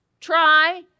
try